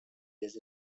this